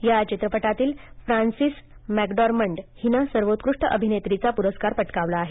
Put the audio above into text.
या चित्रपटातील Frances McDormand हीनं सर्वोत्कृष्ठ अभिनेत्रीचा पुरस्कार पटकावला आहे